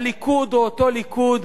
הליכוד הוא אותו ליכוד,